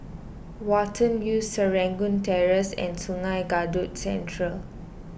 Watten View Serangoon Terrace and Sungei Kadut Central